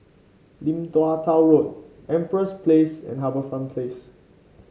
Lim Tua Tow Road Empress Place and HarbourFront Place